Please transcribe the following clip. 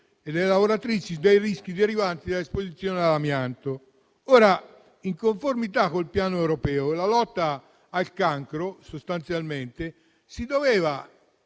e delle lavoratrici dai rischi derivanti da esposizione all'amianto. Ora, in conformità col piano europeo, nella lotta al cancro si doveva